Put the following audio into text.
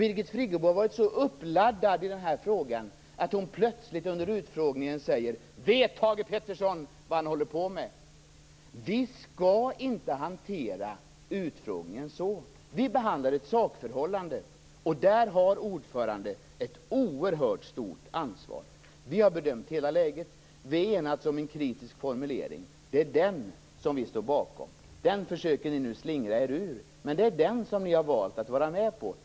Birgit Friggebo har varit så uppladdad i den här frågan att hon plötsligt under utfrågningen säger: Vet Thage Peterson vad han håller på med? Vi skall inte hantera utfrågningen så. Vi behandlar ett sakförhållande, och där har ordföranden ett oerhört stort ansvar. Vi har bedömt hela läget. Vi har enats om en kritisk formulering. Det är den som vi står bakom. Nu försöker ni slingra er ur denna, men det är den som ni har valt att vara med på.